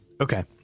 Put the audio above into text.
Okay